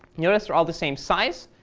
notice they're all the same size.